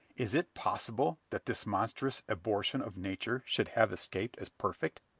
is it possible that this monstrous abortion of nature should have escaped as perfect?